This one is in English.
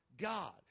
god